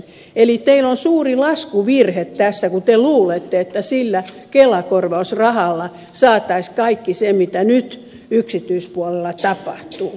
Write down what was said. eli teillä on suuri laskuvirhe tässä kun te luulette että sillä kelakorvausrahalla saataisiin kaikki se mitä nyt yksityispuolella tapahtuu